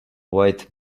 white